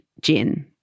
Gin